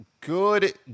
Good